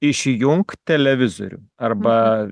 išjunk televizorių arba